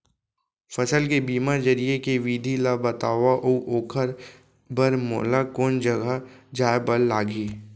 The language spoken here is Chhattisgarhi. फसल के बीमा जरिए के विधि ला बतावव अऊ ओखर बर मोला कोन जगह जाए बर लागही?